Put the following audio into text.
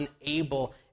unable